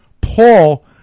Paul